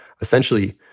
Essentially